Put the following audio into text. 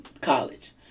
college